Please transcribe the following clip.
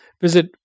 visit